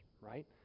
Right